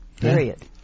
period